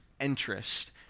interest